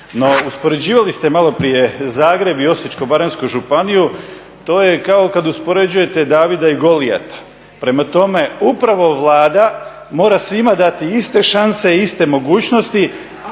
No, uspoređivali ste maloprije Zagreb i Osječko-baranjsku županiju, to je kao kad uspoređujete Davida i Golijata. Prema tome, upravo Vlada mora svima dati iste šanse i iste mogućnosti,